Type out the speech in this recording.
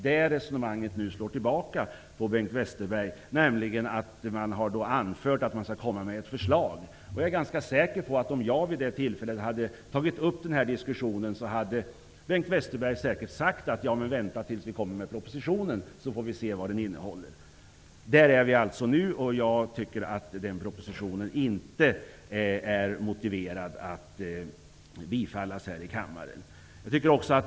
Det uttalandet slår nu tillbaka på Bengt Westerberg. Han har anfört att man skall komma med ett förslag. Jag är ganska säker på att Bengt Westerberg, om jag vid det tillfället hade tagit upp den här diskussionen, hade sagt att jag skulle vänta på propositionen och se vad den innehåller. Där står vi nu. Det är inte motiverat att den här propositionen skall bifallas här i kammaren.